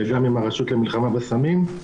וגם עם הרשות למלחמה בסמים.